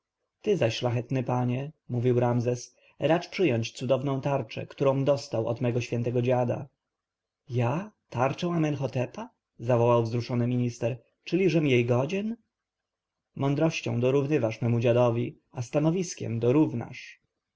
ty zaś szlachetny panie mówił ramzes racz przyjąć cudowną tarczę którąm dostał od mego świętego dziada ja tarczę amenhotepa zawołał wzruszony minister czyliżem jej godzien mądrością dorównywasz memu dziadowi a stanowiskiem dorównasz